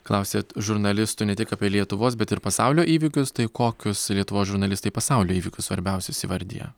klausėt žurnalistų ne tik apie lietuvos bet ir pasaulio įvykius tai kokius lietuvos žurnalistai pasaulio įvykius svarbiausius įvardija